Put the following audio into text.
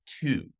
two